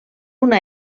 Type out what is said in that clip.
una